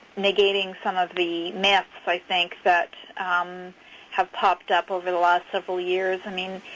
negating some of the myths i think that have popped up over the last several years. i mean,